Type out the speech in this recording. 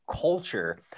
culture